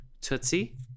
Tootsie